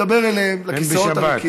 אני מדבר אליהם, אל הכיסאות הריקים.